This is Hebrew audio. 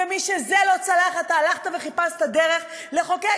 ומשזה לא צלח אתה הלכת וחיפשת דרך לחוקק